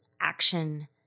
action